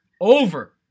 over